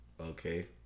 Okay